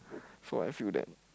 so I feel that